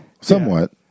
somewhat